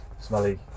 smelly